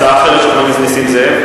הצעה אחרת של חבר הכנסת נסים זאב.